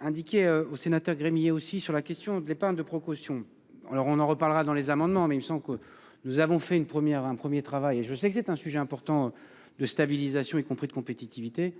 Indiqué aux sénateurs Gremillet aussi sur la question de l'épargne de Pro caution. Alors on en reparlera dans les amendements mais il me semble que nous avons fait une première un premier travail et je sais que c'est un sujet important de stabilisation, y compris de compétitivité.